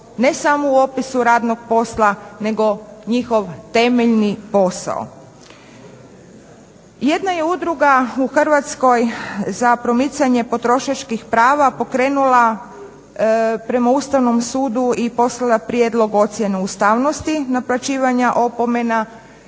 ne samo u opisu radnog posla nego njihov temeljni posao. Jedna je udruga u Hrvatskoj za promicanje potrošačkih prava pokrenula prema Ustavnom sudu i poslala prijedlog ocjene ustavnosti, naplaćivanja opomena.